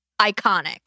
iconic